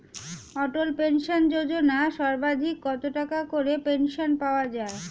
অটল pension যোজনা সর্বাধিক কত টাকা করে পেনশন পাওয়া যায়?